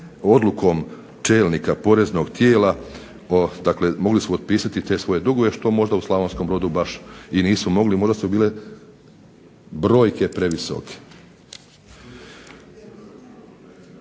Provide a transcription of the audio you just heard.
odlukom čelnika poreznog dijela, dakle mogli su otpisati te svoje dugove što možda u Slavonskom Brodu baš i nisu mogli, možda su bile brojke previsoke.